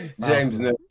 James